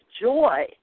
joy